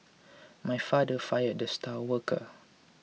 my father fired the star worker